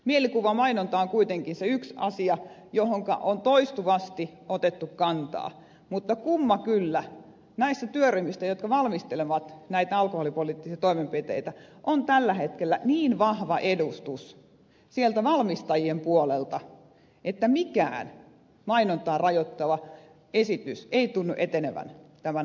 mielikuvamainonta on kuitenkin se yksi asia johonka on toistuvasti otettu kantaa mutta kumma kyllä näissä työryhmissä jotka valmistelevat näitä alkoholipoliittisia toimenpiteitä on tällä hetkellä niin vahva edustus sieltä valmistajien puolelta että mikään mainontaa rajoittava esitys ei tunnu etenevän tämän hallituksen aikana